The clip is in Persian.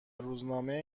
روزنامه